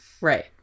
Right